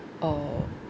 err